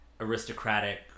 aristocratic